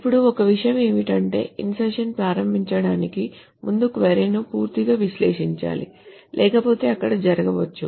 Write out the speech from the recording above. ఇప్పుడు ఒక విషయం ఏమిటంటే ఇన్సర్షన్ ప్రారంభించడానికి ముందు క్వరీ ను పూర్తిగా విశ్లేషించాలి లేకపోతే అక్కడ జరగవచ్చు